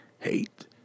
hate